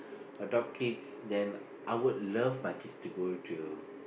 adopt kids then I would love my kids to go to